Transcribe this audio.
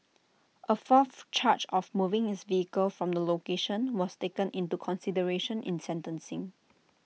A fourth charge of moving his vehicle from the location was taken into consideration in sentencing